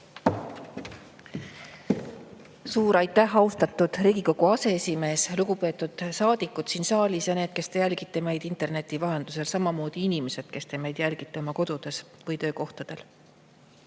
Suur aitäh, austatud Riigikogu aseesimees! Lugupeetud saadikud siin saalis ja need, kes te jälgite meid interneti vahendusel! Samamoodi inimesed, kes te meid jälgite oma kodudes või töökohtadel!